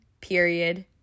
period